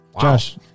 Josh